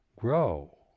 grow